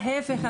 ההיפך,